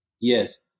Yes